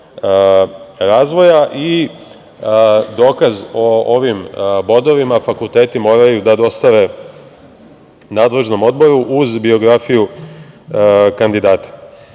razvoja i dokaz o ovim bodovima fakulteti moraju da dostave nadležnom odboru uz biografiju kandidata. Što